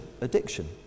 addiction